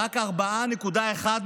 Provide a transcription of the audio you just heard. רק 4.1%